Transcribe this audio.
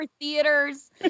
theaters